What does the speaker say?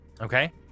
Okay